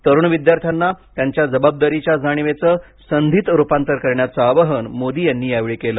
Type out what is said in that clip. तरुण विद्यार्थ्यांना त्यांच्या जबाबदारीच्या जाणीवेचं संधीत रूपांतर करण्याचे आवाहन मोदी यांनी यावेळी केले